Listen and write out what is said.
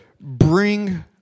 bring